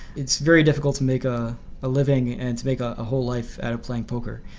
it's very difficult to make a a living and to make a whole life out of playing poker.